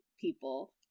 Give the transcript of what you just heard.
people